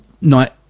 night